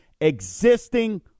existing